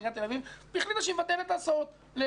עיריית תל אביב החליטה שהיא מבטלת את ההסעות לחמ"ד.